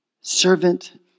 servant